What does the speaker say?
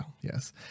Yes